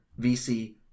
VC